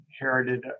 inherited